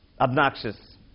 obnoxious